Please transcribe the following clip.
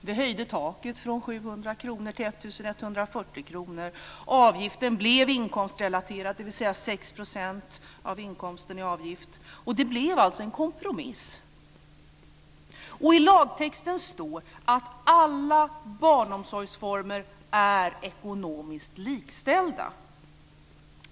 Vi höjde taket från 700 kr till I lagtexten står att alla barnomsorgsformer är ekonomiskt likställda.